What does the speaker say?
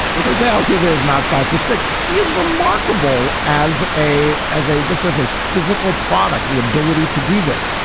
was out two of his not five for six. he is remarkable as a as a just as a physical product the ability to do this.